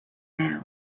now